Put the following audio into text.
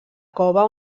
cova